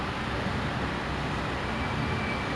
boring lah because err